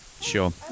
Sure